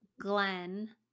Glenn